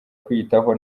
kwiyitaho